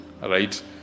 right